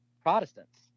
Protestants